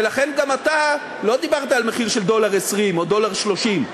ולכן גם אתה לא דיברת על מחיר של 1.2 דולר או 1.3 דולר,